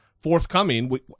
forthcoming